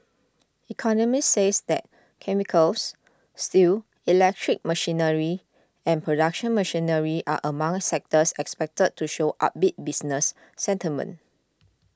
economists says that chemicals steel electric machinery and production machinery are among sectors expected to show upbeat business sentiment